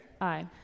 Aye